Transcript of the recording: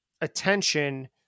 attention